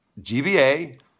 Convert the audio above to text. GBA